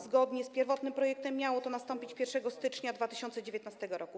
Zgodnie z pierwotnym projektem miało to nastąpić 1 stycznia 2019 r.